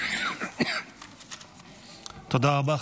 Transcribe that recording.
תודה רבה.